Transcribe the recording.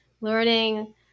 learning